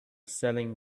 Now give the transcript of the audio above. selling